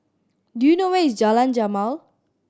do you know where is Jalan Jamal